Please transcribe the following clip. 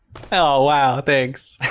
oh, wow. thanks